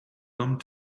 thumb